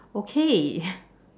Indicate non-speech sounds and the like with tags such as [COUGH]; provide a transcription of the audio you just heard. okay [LAUGHS]